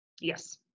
yes